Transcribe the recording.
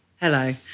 Hello